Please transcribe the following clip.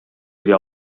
ири